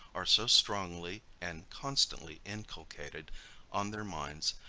are so strongly and constantly inculcated on their minds,